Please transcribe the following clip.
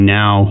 now